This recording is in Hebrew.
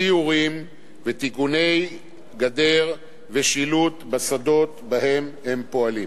סיורים ותיקוני גדר ושילוט בשדות שבהם הם פועלים.